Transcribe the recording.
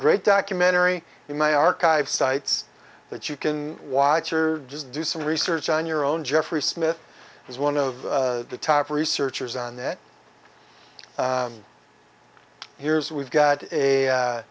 great documentary in my archive sites that you can watch or just do some research on your own jeffrey smith is one of the top researchers on it here's we've got a